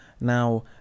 Now